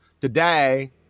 Today